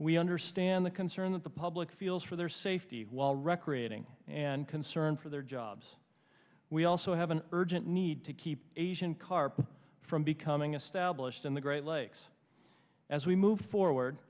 we understand the concern that the public feels for their safety while recreating and concern for their jobs we also have an urgent need to keep asian carp from becoming a stablished in the great lakes as we move forward